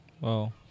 Wow